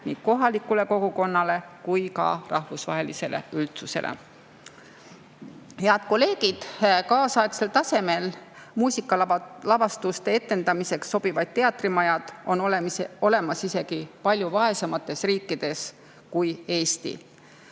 nii kohalikule kogukonnale kui rahvusvahelisele üldsusele." Head kolleegid! Kaasaegsel tasemel muusikalavastuste etendamiseks sobivad teatrimajad on olemas isegi palju vaesemates riikides kui Eesti.